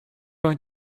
going